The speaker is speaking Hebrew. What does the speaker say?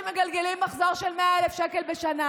מגלגלים מחזור של 100,000 שקל בשנה.